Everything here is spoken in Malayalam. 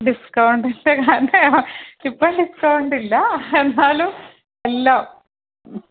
ഡിസ്കൗണ്ട് ഇപ്പോൾ ഡിസ്കൗണ്ടില്ല എന്നാലും എല്ലാം